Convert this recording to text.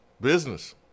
business